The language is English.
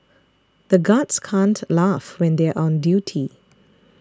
the guards can't laugh when they are on duty